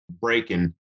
breaking